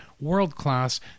world-class